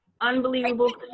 Unbelievable